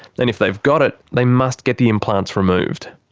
and if they've got it, they must get the implants removed.